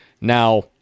Now